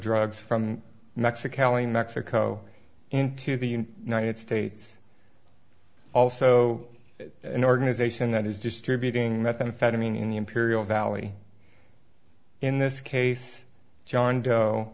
drugs from mexico in mexico into the united states also an organization that is distributing methamphetamine in the imperial valley in this case john doe